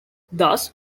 thus